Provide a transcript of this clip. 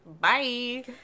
Bye